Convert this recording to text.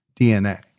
DNA